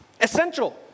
Essential